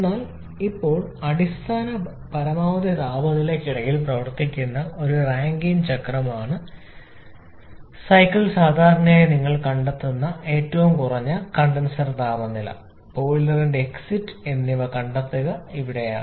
എന്നാൽ ഇപ്പോഴും അടിസ്ഥാന പരമാവധി താപനിലയ്ക്കിടയിൽ പ്രവർത്തിക്കുന്ന ഒരു റാങ്കൈൻ ചക്രമാണ് സൈക്കിൾ സാധാരണയായി നിങ്ങൾ കണ്ടെത്തുന്ന ഏറ്റവും കുറഞ്ഞ കണ്ടൻസർ താപനില ബോയിലറിന്റെ എക്സിറ്റ് എന്നിവ കണ്ടെത്തുക ഇവിടെയാണ്